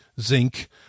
Zinc